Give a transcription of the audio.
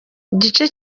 igice